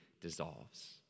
dissolves